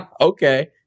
Okay